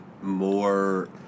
more